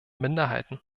minderheiten